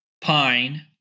pine